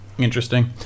interesting